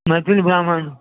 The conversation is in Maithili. मैथिल ब्राह्मण